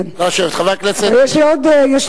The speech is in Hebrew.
כן, אבל יש לי עוד שאלה.